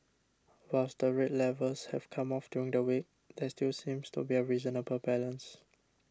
whilst the rate levels have come off during the week there still seems to be a reasonable balance